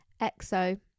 Exo